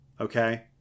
Okay